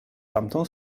tamtą